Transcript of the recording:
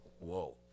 whoa